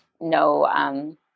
no